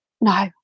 no